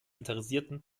interessierten